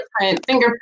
fingerprint